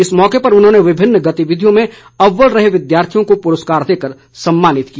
इस मौके उन्होंने विभिन्न गतिविधियों में अव्वल रहे विद्यार्थियों को पुरस्कार देकर सम्मानित किया